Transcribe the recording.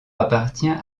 appartient